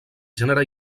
gènere